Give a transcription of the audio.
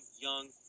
young